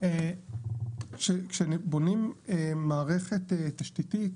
כשבונים מערכת תשתיתית,